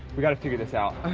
we gotta figure this out.